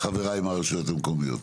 חבריי מהרשויות המקומיות.